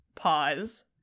Pause